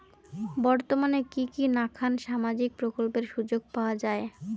বর্তমানে কি কি নাখান সামাজিক প্রকল্পের সুযোগ পাওয়া যায়?